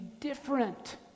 different